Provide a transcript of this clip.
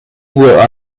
were